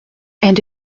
and